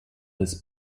des